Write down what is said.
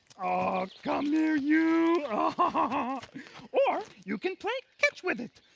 aw come here you. ah or you can play catch with it.